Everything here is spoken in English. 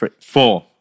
four